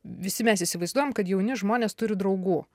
visi mes įsivaizduojam kad jauni žmonės turi draugų